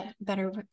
better